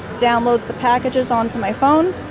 downloads the packages onto my phone.